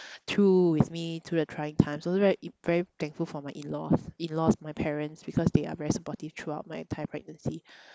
through with me through the trying times also right very thankful for my in-law in-laws my parents because they are very supportive throughout my entire pregnancy